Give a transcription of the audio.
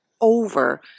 over